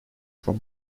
from